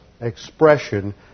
expression